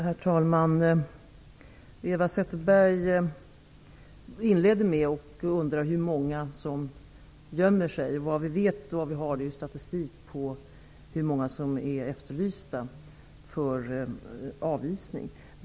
Herr talman! Eva Zetterberg inledde med att fråga hur många som gömmer sig. Det vi har är statistik på hur många som är efterlysta för avvisning.